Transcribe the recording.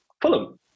Fulham